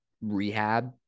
rehab